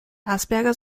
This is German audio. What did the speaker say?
asperger